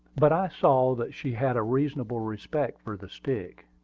but i saw that she had a reasonable respect for the stick,